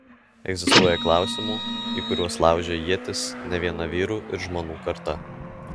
egzistuoja klausimų į kuriuos laužė ietis ne viena vyrų ir žmonų karta